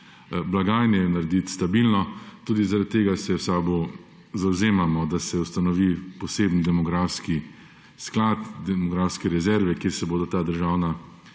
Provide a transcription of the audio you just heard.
blagajne, jo narediti stabilno. Tudi zaradi tega se v SAB zavzemamo, da se ustanovi poseben demografski sklad, demografske rezerve, kjer se bodo ta državna